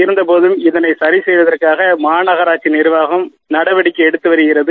இருந்தபோதும் இதனை சரிசெய்ய மாநகர நிர்வாகம் நடவடிக்கை எடுத்து வருகிறது